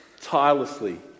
tirelessly